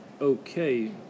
okay